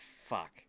fuck